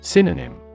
Synonym